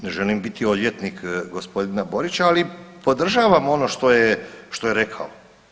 Ne želim biti odvjetnik gospodina Borića, ali podržavam ono što je rekao.